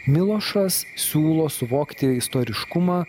milošas siūlo suvokti istoriškumą